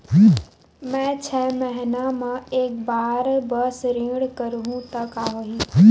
मैं छै महीना म एक बार बस ऋण करहु त का होही?